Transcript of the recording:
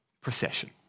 procession